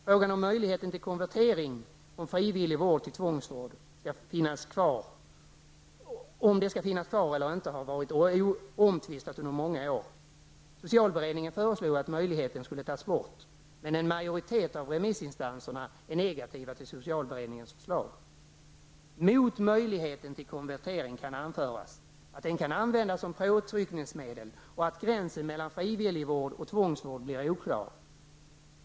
Frågan om möjlighet till konvertering från frivillig vård till tvångsvård skall finnas kvar eller inte har under många år varit omtvistad. Socialberedningen föreslog att möjligheten skulle tas bort, men en majoritet av remissinstanserna är negativa till socialberedningens förslag. Mot möjligheten till konvertering kan anföras att den kan användas som påtryckningsmedel och att gränsen mellan frivilligvård och tvångsvård blir oklar.